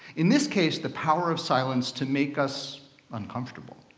in this case, the power of silence to make us uncomfortable.